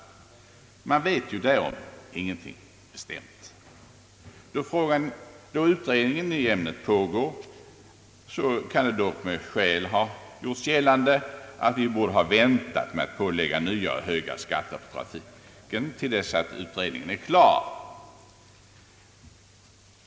Man vet därom ingenting bestämt. Då utredning i ämnet pågår kan det dock med skäl göras gällande att vi borde ha väntat med att lägga nya höga skatter på trafiken till dess att utredningen är klar.